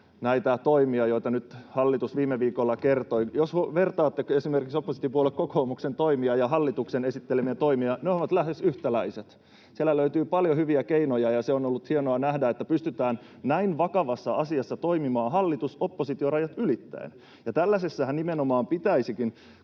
näitä toimia, joista nyt hallitus viime viikolla kertoi. Jos vertaatte esimerkiksi oppositiopuolue kokoomuksen toimia ja hallituksen esittelemiä toimia, ne ovat lähes yhtäläiset. Siellä löytyy paljon hyviä keinoja, ja on ollut hienoa nähdä, että pystytään näin vakavassa asiassa toimimaan hallitus—oppositio-rajat ylittäen — ja tällaisessahan nimenomaan pitäisikin,